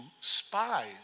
spies